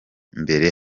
mbere